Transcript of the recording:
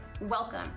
welcome